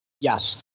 Yes